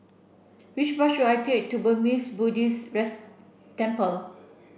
which bus should I take to Burmese Buddhist Temple